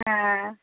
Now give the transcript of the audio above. হ্যাঁ